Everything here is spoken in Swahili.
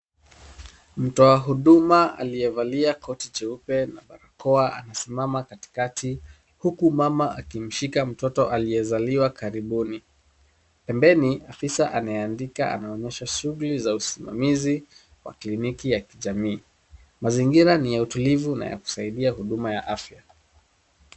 Mtoa huduma aliyevalia koti cheupe na barakoa anasimama katikati, huku mama akimshika mtoto aliyezaliwa karibuni. Pembeni, afisa anayeandika anaonyesha shughuli za usimamizi wa kliniki ya kijamii. Mazingira ni ya utulivu na yakusaidia huduma ya afya.